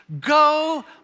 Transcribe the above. go